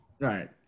right